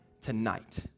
tonight